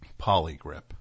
Polygrip